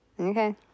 Okay